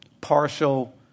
partial